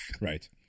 Right